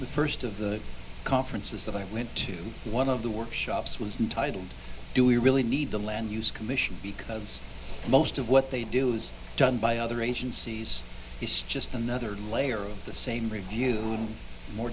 the first of the conferences that i went to one of the workshops was untitled do we really need the land use commission because most of what they do is done by other agencies it's just another layer of the same review